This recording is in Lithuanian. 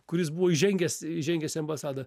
kuris buvo įžengęs įžengęs į ambasadą